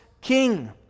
king